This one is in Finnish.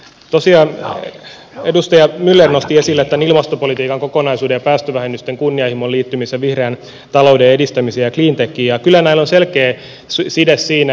tosiaan edustaja myller nosti esille tämän ilmastopolitiikan kokonaisuuden ja päästövähennysten kunnianhimon liittymisen vihreän talouden edistämiseen ja cleantechiin ja kyllä näillä on selkeä side siinä